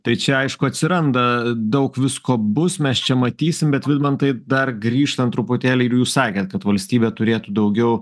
tai čia aišku atsiranda daug visko bus mes čia matysim bet vidmantai dar grįžtant truputėlį ir jūs sakėt kad valstybė turėtų daugiau